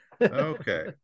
Okay